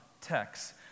text